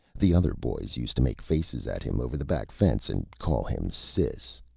the other boys used to make faces at him over the back fence and call him sis.